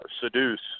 seduce